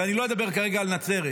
ואני לא מדבר כרגע על נצרת.